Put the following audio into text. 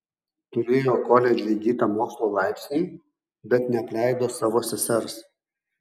turėjo koledže įgytą mokslo laipsnį bet neapleido savo sesers